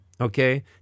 okay